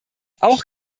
auch